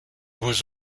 was